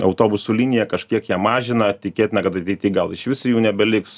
autobusų linija kažkiek ją mažina tikėtina kad ateity gal išvis jų nebeliks